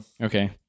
Okay